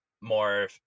more